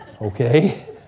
Okay